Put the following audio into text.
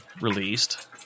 released